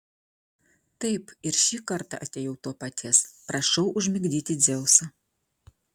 taip ir šį kartą atėjau to paties prašau užmigdyti dzeusą